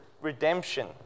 redemption